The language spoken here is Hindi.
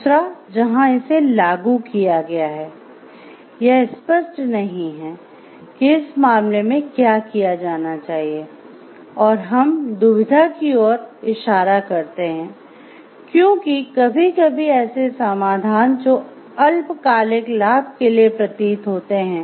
दूसरा जहां इसे लागू किया गया है यह स्पष्ट नहीं है कि इस मामले में क्या किया जाना चाहिए और हम दुविधा की ओर इशारा करते हैं क्योंकि कभी कभी ऐसे समाधान जो अल्पकालिक लाभ के लिए प्रतीत होते हैं